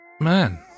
Man